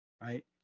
right